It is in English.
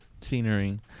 scenery